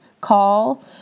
call